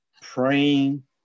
praying